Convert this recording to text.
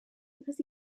because